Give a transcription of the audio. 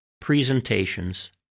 presentations